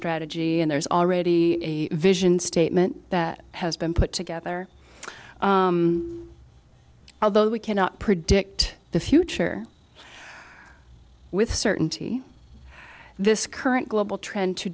strategy and there is already a vision statement that has been put together although we cannot predict the future with certainty this current global trend to